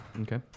Okay